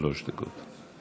שלוש דקות.